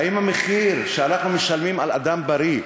האם המחיר שאנחנו משלמים על אדם בריא,